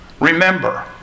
remember